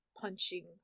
punching